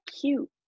cute